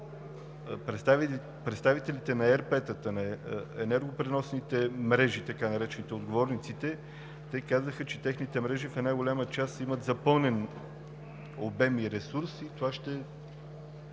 представителите на ЕРП-тата – енергопреносните мрежи и така наречените „отговорници“, казаха, че техните мрежи в една голяма част имат запълнен обем и ресурс, и това ще